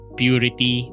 purity